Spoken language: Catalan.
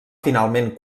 finalment